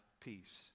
peace